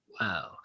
Wow